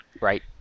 Right